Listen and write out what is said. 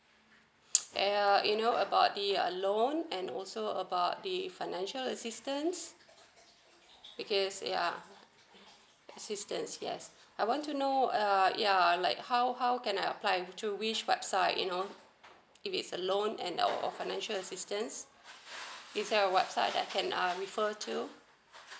err ya you know about the loan and also about the financial assistance because yeah assistance yes I want to know err ya like how how can I apply to which website you know if it's a loan and or a financial assistance is there website that can I refer to